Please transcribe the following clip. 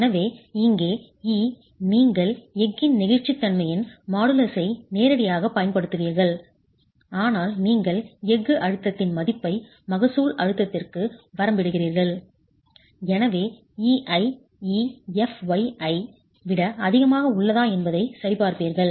எனவே இங்கே E நீங்கள் எஃகின் நெகிழ்ச்சித்தன்மையின் மாடுலஸை நேரடியாகப் பயன்படுத்துவீர்கள் ஆனால் நீங்கள் எஃகு அழுத்தத்தின் மதிப்பை மகசூல் அழுத்தத்திற்கு வரம்பிடுகிறீர்கள் எனவே εiE fy ஐ விட அதிகமாக உள்ளதா என்பதைச் சரிபார்ப்பீர்கள்